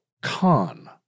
con